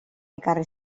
ekarri